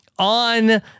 On